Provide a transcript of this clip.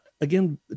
Again